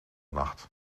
nacht